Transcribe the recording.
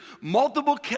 multiple